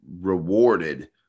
rewarded